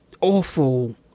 awful